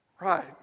Right